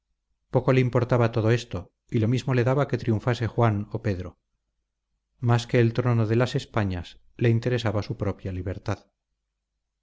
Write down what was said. poco le importaba todo esto y lo mismo le daba que triunfase juan o pedro más que el trono de las españas le interesaba su propia libertad